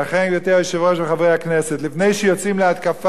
לפני שיוצאים להתקפה על אויב חיצוני,